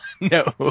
No